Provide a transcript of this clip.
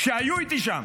שהיו איתי שם